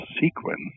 sequence